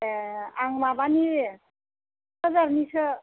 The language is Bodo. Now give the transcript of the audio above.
ए आं माबानि थुख्राझारनिसो